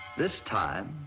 this time,